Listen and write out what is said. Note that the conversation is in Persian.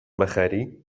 بخری